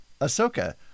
Ahsoka